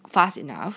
fast enough